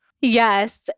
Yes